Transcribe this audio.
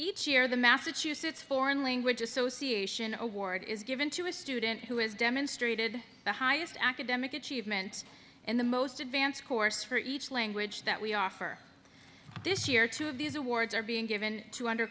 each year the massachusetts foreign language association award is given to a student who has demonstrated the highest academic achievement in the most advanced course for each language that we offer this year two of these awards are being given to under